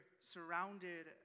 surrounded